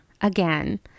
again